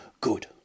Good